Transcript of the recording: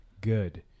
good